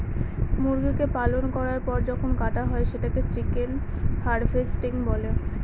মুরগিকে পালন করার পর যখন কাটা হয় সেটাকে চিকেন হার্ভেস্টিং বলে